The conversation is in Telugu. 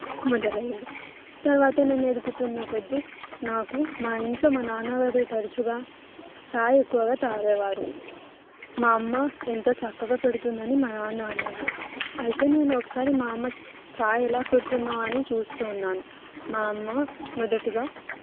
మొదలయ్యింది తర్వాత నేను ఎదుగుతున్న కొద్ది నాకు మా ఇంట్లో మా నాన్నగారు తరచుగా చాయ్ ఎక్కువగా తాగేవారు మా అమ్మ ఎంతో చక్కగా పెడుతుందని మా నాన్న అనేవారు అయితే నేను ఒకసారి మా అమ్మ చాయ్ ఎలా పెడుతుందో అని చూస్తూ ఉన్నాను మా అమ్మ మొదటిగా